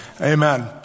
Amen